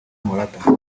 morata